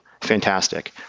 Fantastic